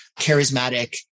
charismatic